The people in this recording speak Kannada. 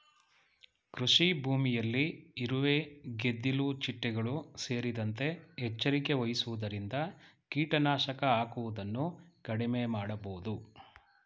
ಕೃಷಿಭೂಮಿಯಲ್ಲಿ ಇರುವೆ, ಗೆದ್ದಿಲು ಚಿಟ್ಟೆಗಳು ಸೇರಿದಂತೆ ಎಚ್ಚರಿಕೆ ವಹಿಸುವುದರಿಂದ ಕೀಟನಾಶಕ ಹಾಕುವುದನ್ನು ಕಡಿಮೆ ಮಾಡಬೋದು